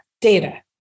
data